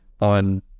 on